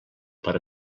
per